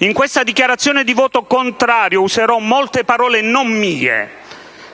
In questa dichiarazione di voto contrario userò molte parole non mie,